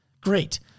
Great